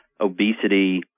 obesity